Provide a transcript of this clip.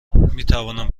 میتوانم